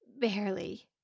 Barely